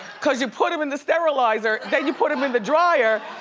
cause you put em in the sterilizer, then you put em in the dryer,